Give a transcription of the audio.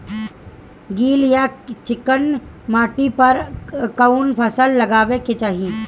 गील या चिकन माटी पर कउन फसल लगावे के चाही?